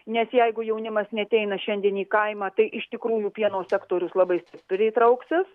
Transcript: nes jeigu jaunimas neateina šiandien į kaimą tai iš tikrųjų pieno sektorius labai stipri trauksis